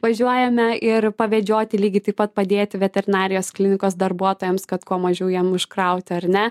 važiuojame ir pavedžioti lygiai taip pat padėti veterinarijos klinikos darbuotojams kad kuo mažiau jiem iškrauti ar ne